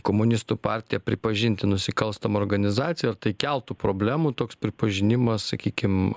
komunistų partiją pripažinti nusikalstama organizacija tai keltų problemų toks pripažinimas sakykim